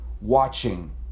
watching